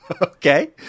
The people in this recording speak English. Okay